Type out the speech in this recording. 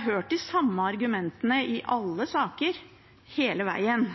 hørt de samme argumentene i alle saker hele veien.